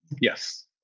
Yes